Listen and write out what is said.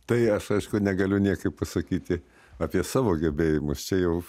tai aš aišku negaliu niekaip pasakyti apie savo gebėjimus čia jau